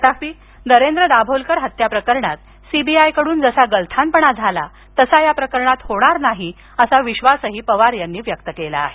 तथापि नरेद्र दाभोलकर हत्या प्रकरणात सीबीआय कडून जसा गलथानपणा झाला तसा या प्रकरणात होणार नाही असा विश्वासही पवार यांनी व्यक्त केला आहे